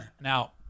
Now